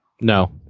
no